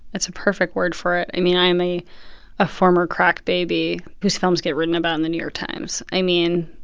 that's a perfect word for it. i mean, i am a a former crack baby whose films get written about in the new york times. i mean,